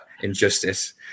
injustice